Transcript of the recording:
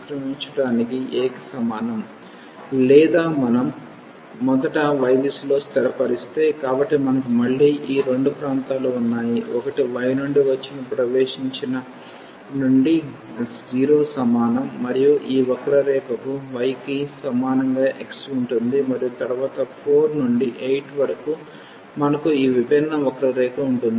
లేదా మనం మొదట y దిశలో స్థిరపరిస్తే కాబట్టి మనకు మళ్లీ ఈ రెండు ప్రాంతాలు ఉన్నాయి ఒకటి y నుండి వచ్చిన ప్రవేశించిన నుండి 0 సమానం మరియు ఈ వక్రరేఖకు y కి సమానంగా x ఉంటుంది మరియు తరువాత 4 నుండి 8 వరకు మనకు ఈ విభిన్న వక్రరేఖ ఉంటుంది